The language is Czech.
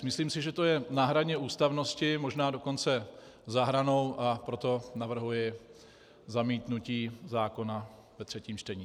Myslím si, že to je na hraně ústavnosti, možná dokonce za hranou, a proto navrhuji zamítnutí zákona ve třetím čtení.